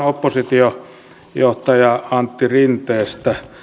aloitan oppositiojohtaja antti rinteestä